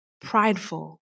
prideful